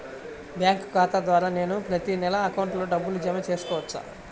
Bank ఖాతా ద్వారా నేను ప్రతి నెల అకౌంట్లో డబ్బులు జమ చేసుకోవచ్చా?